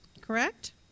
correct